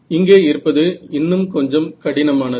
இங்கே இருப்பது இன்னும் கொஞ்சம் கடினமானது